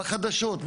בחדשות,